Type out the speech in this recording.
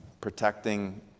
protecting